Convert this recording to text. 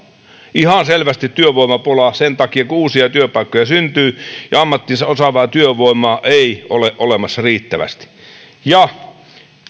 ihan selvästi työvoimapula sen takia että uusia työpaikkoja syntyy ja ammattinsa osaavaa työvoimaa ei ole olemassa riittävästi